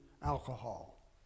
alcohol